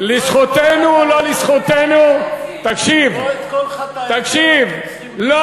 לא את כל חטאיכם אתם צריכים למנות.